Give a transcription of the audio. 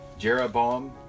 Jeroboam